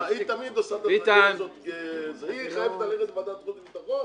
היא תמיד עושה את ה היא חייבת ללכת לוועדת חוץ וביטחון